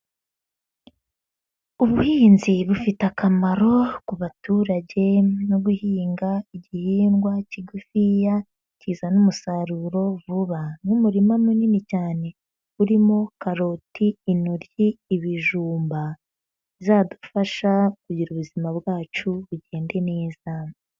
Ubuhinzi bufite akamaro ku baturage no guhinga igihingwa kigufiya kizana umusaruro vuba. Nk'umurima munini cyane urimo karoti, intoryi, ibijumba bizadufasha kugira ubuzima bwacu bugende neza.